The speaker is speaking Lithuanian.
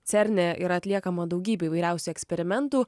cerne yra atliekama daugybė įvairiausių eksperimentų